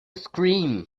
scream